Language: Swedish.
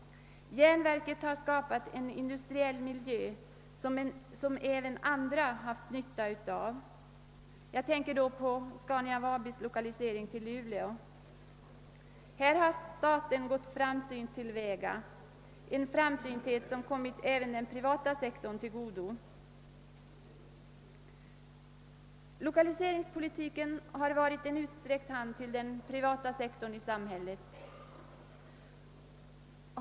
Järnverket har skapat en industriell miljö som även andra haft nytta av. Jag tänker därvid på Scania Vabis” lokalisering till Luleå. Härvidlag har staten varit framsynt, och denna framsynthet har kommit även den privata sektorn till godo. Lokaliseringspolitiken har varit en utsträckt hand till den privata sektorn.